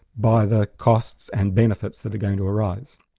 by the costs and benefits that are going to arise.